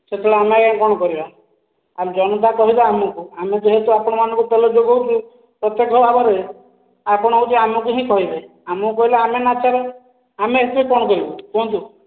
ସେଇଥିରେ ଆମେ ଆଜ୍ଞା କଣ କରିବା ଆଉ ଜନତା କହିବ ଆମକୁ ଆମେ ଯେହେତୁ ଆପଣମାନଙ୍କୁ ତେଲ ଯୋଗଉଛୁ ପ୍ରତ୍ୟକ୍ଷ ଭାବରେ ଆପଣ ହେଉଛି ଆମକୁ ହିଁ କହିବେ ଆମକୁ କହିଲେ ଆମେ ଲାଚାର ଆମେ ଏଥିରେ କଣ କହିବୁ କୁହନ୍ତୁ